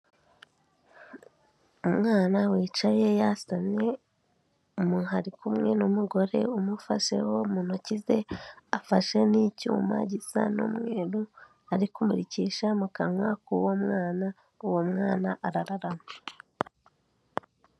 Umwana wicaye yasamye, umuntu ari kumwe n'umugore umufasheho mu ntoki ze, afashe n'icyuma gisa n'umweru ari kumurikisha mu kanwa k'uwo mwana, uwo mwana arararamye.